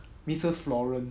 missus floral